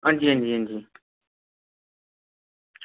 अंजी अंजी अंजी